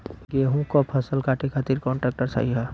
गेहूँक फसल कांटे खातिर कौन ट्रैक्टर सही ह?